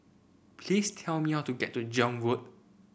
please tell me how to get to Zion Road